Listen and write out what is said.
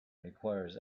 requires